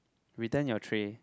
return your tray